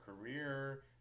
career